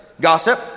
Gossip